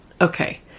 okay